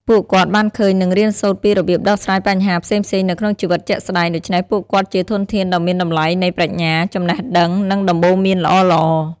ពួកគាត់បានឃើញ និងរៀនសូត្រពីរបៀបដោះស្រាយបញ្ហាផ្សេងៗនៅក្នុងជីវិតជាក់ស្ដែង ដូច្នេះពួកគាត់ជាធនធានដ៏មានតម្លៃនៃប្រាជ្ញា ចំណេះដឹង និងដំបូន្មានល្អៗ។